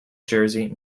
jersey